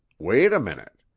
wait a minute.